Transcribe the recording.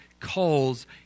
calls